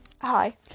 Hi